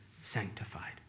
sanctified